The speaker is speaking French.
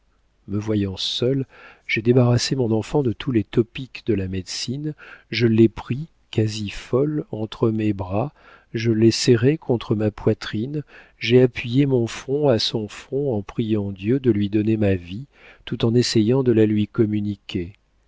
me voyant seule j'ai débarrassé mon enfant de tous les topiques de la médecine je l'ai pris quasi folle entre mes bras je l'ai serré contre ma poitrine j'ai appuyé mon front à son front en priant dieu de lui donner ma vie tout en essayant de la lui communiquer